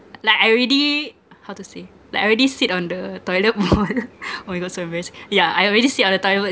like I already how to say like I already sit on the toilet bowl oh my god so embarassed yeah I already sit on the toilet